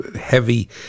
heavy